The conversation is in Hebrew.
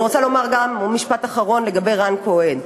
אני רוצה לומר עוד משפט אחרון לגבי רן כהן.